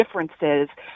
differences